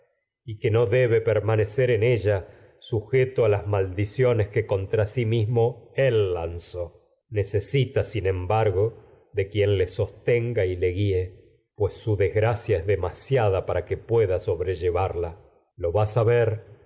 y que no a debe permanecer sí ella sujeto lanzó las maldiciones que sin contra mismo él necesita embargo de quien le sostenga y le guíe pues su siado desgracia es dema para que pueda sobrellevarla lo vas a ver